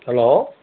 hello